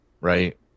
right